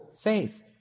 faith